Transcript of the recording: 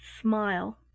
smile